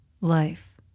life